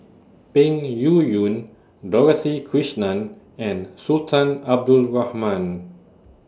Peng Yuyun Dorothy Krishnan and Sultan Abdul Rahman